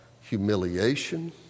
humiliation